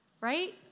Right